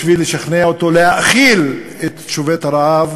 בשביל לשכנע אותו להאכיל את שובת הרעב